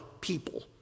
people